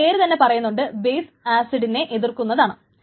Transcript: ഈ പേരു തന്നെ പറയുന്നുണ്ട് ബേസ് അസിഡിനെ എതിർക്കുന്നതാണ്